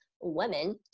women